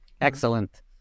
Excellent